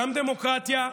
גם דמוקרטיה,